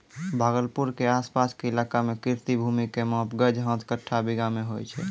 भागलपुर के आस पास के इलाका मॅ कृषि भूमि के माप गज, हाथ, कट्ठा, बीघा मॅ होय छै